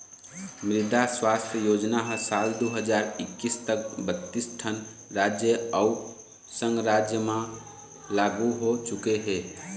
मृदा सुवास्थ योजना ह साल दू हजार एक्कीस तक बत्तीस ठन राज अउ संघ राज मन म लागू हो चुके हे